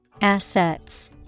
Assets